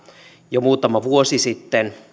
jo muutama vuosi sitten